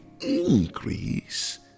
increase